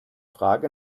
frage